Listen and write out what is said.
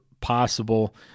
possible